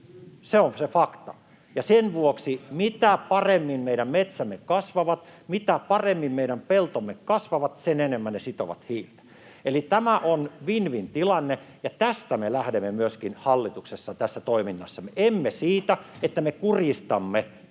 Se on fakta, ja sen vuoksi mitä paremmin meidän metsämme kasvavat, mitä paremmin meidän peltomme kasvavat, sitä enemmän ne sitovat hiiltä. Eli tämä on win-win-tilanne, ja tästä me lähdemme myöskin hallituksessa tässä toiminnassamme, emme siitä, että me kuristamme